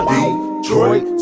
Detroit